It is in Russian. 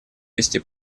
вести